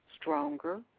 stronger